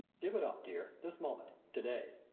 give it up, dear, this moment to-day!